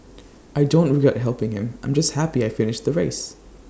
I don't regret helping him I'm just happy I finished the race